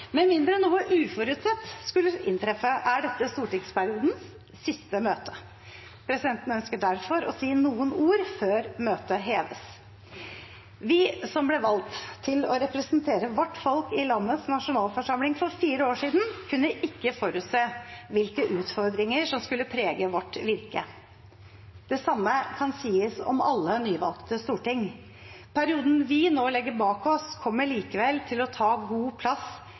Med mindre noe uforutsett skulle inntreffe, er dette stortingsperiodens siste møte. Presidenten ønsker derfor å si noen ord før møtes heves. Vi som ble valgt til å representere vårt folk i landets nasjonalforsamling for fire år siden, kunne ikke forutse hvilke utfordringer som skulle prege vårt virke. Det samme kan sies om alle nyvalgte storting. Perioden vi nå legger bak oss, kommer likevel til å ta god plass